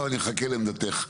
אבל, נחכה לעמדתך.